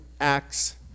Acts